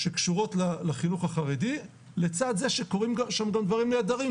שקשורות לחינוך החרדי לצד זה שקורים שם גם דברים נהדרים,